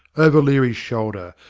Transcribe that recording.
over leary's shoulder,